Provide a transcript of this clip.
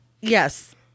Yes